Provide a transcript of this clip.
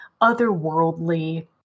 otherworldly